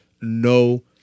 no